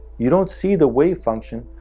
you don't see the wave function,